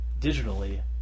digitally